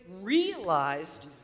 realized